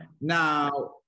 Now